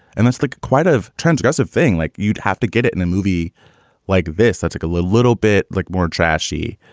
and that's like quite of transgressive thing. like you'd have to get it in a movie like this. that's like a little bit like more trashy.